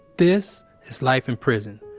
this is life in prison.